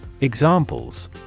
Examples